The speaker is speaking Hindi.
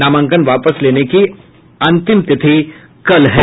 नामांकन वापस लेने की अंतिम तिथि कल है